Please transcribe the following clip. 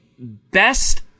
best